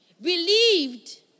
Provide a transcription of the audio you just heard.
believed